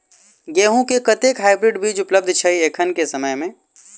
गेंहूँ केँ कतेक हाइब्रिड बीज उपलब्ध छै एखन केँ समय मे?